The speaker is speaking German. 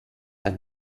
ein